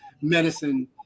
medicine